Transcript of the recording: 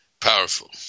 powerful